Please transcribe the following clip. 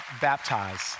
baptize